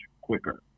quicker